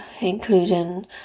including